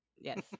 Yes